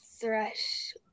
Thresh